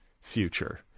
future